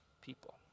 people